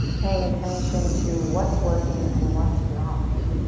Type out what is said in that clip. paying attention to what's working and what's not?